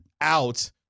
out